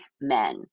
men